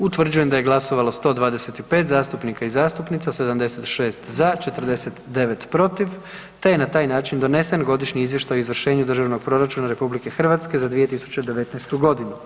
Utvrđujem da je glasovalo 125 zastupnika i zastupnica, 76 za, 49 protiv te je na taj način donesen Godišnji izvještaj o izvršenju Državnog proračuna RH za 2019. godinu.